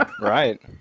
Right